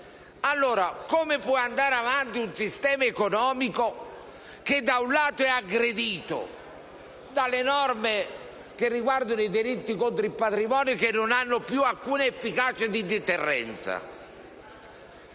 penale. Come può andare avanti un sistema economico se è aggredito dalle norme che riguardano i diritti contro il patrimonio, che non hanno più alcuna efficacia di deterrenza?